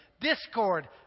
discord